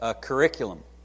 curriculum